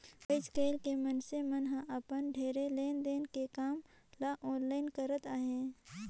आएस काएल के मइनसे मन हर अपन ढेरे लेन देन के काम ल आनलाईन करत अहें